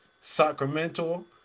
Sacramento